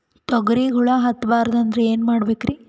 ತೊಗರಿಗ ಹುಳ ಹತ್ತಬಾರದು ಅಂದ್ರ ಏನ್ ಮಾಡಬೇಕ್ರಿ?